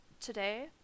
today